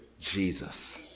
Jesus